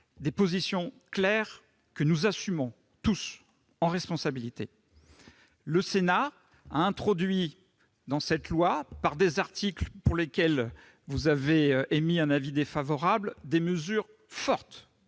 des positions claires, que nous assumons tous en responsabilité. Le Sénat a introduit dans le projet de loi des articles, sur lesquels vous avez émis un avis défavorable, prévoyant des mesures fortes